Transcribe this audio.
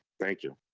thank you.